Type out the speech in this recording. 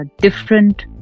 different